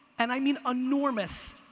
and i mean enormous,